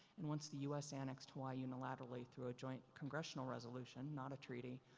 and once the u s. annexed hawaii unilaterally through a joint congressional resolution, not a treaty,